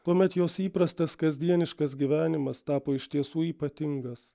tuomet jos įprastas kasdieniškas gyvenimas tapo iš tiesų ypatingas